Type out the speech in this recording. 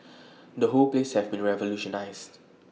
the whole place has been revolutionised